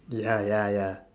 ya ya ya